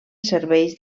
serveis